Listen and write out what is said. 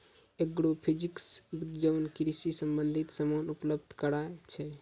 agrophysics विज्ञान कृषि संबंधित समान उपलब्ध कराय छै